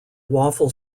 waffle